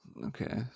Okay